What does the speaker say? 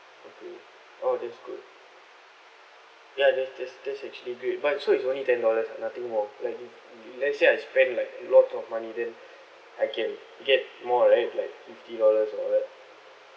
okay oh that's good ya that's that's that's actually great but so it's only ten dollars ah nothing more of like let's say I spend like lots of money then I can get more right like fifty dollars like that